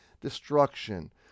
destruction